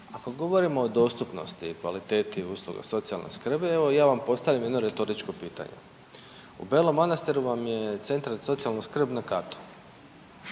kad govorimo o dostupnosti i kvaliteti usluga socijalne skrbi, evo ja vam postavljam jedno retoričko pitanje. U Belom Manastiru vam je centar za socijalnu skrb na katu,